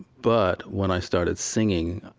but when i started singing,